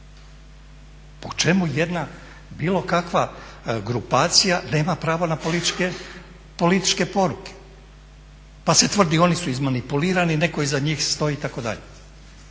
Po čemu jedna, bilo kakva grupacija nema pravo na političke poruke? Pa se tvrdi, oni su izmanipulirani, netko iza njih stoji itd..